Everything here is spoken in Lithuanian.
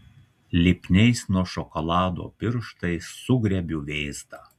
lipniais nuo šokolado pirštais sugriebiu vėzdą